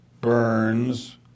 Burns